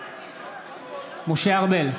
בעד משה ארבל,